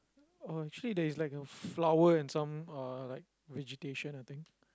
oh actually there is like a flower and some uh like vegetation I think